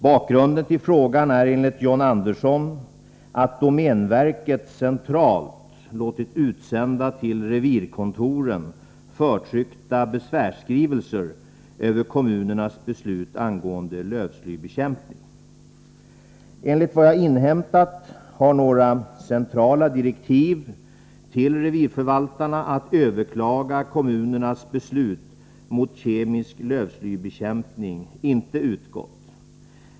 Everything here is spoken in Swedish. Bakgrunden till frågan är enligt John Andersson att domänverket centralt låtit utsända till revirkontoren förtryckta besvärsskrivelser över kommunernas beslut angående lövslybekämpning. Enligt vad jag inhämtat har några centrala direktiv till revirförvaltarna att överklaga kommunernas beslut mot kemisk lövslybekämpning inte utgått.